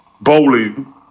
bowling